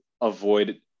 avoid